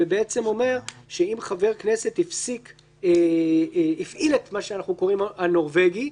ובעצם אומר שאם חבר כנסת הפעיל את מה שאנחנו קוראים "הנורבגי"